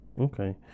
Okay